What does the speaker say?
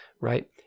Right